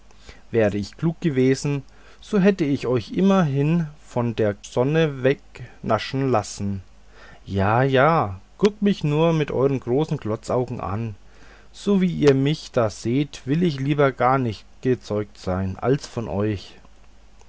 wäre ich klug gewesen so hätte ich euch immerhin von der sonne wegnaschen lassen ja ja guckt mich nur mit euren großen glotzaugen an so wie ihr mich da seht will ich lieber gar nicht gezeugt sein als von euch